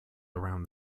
around